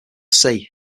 sea